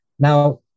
Now